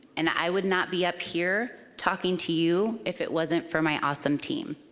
and i would not be up here talking to you if it wasn't for my awesome team.